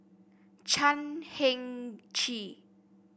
Chan Heng Chee